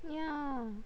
yeah